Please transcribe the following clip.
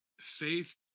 faith